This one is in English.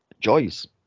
joys